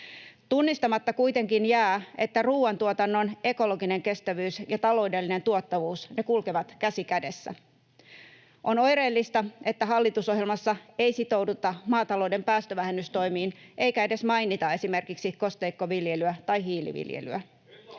Tunnistamatta kuitenkin jää, että ruuantuotannon ekologinen kestävyys ja taloudellinen tuottavuus kulkevat käsi kädessä. On oireellista, että hallitusohjelmassa ei sitouduta maatalouden päästövähennystoimiin eikä edes mainita esimerkiksi kosteikkoviljelyä tai hiiliviljelyä.